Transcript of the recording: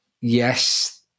yes